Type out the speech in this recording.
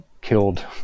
killed